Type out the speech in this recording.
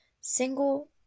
single